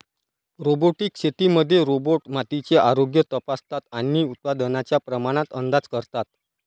robotic शेतीमध्ये robot मातीचे आरोग्य तपासतात आणि उत्पादनाच्या प्रमाणात अंदाज करतात